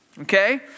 Okay